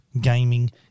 gaming